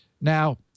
Now